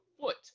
foot